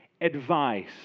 advice